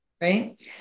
right